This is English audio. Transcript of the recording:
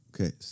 Okay